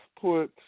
put